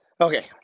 Okay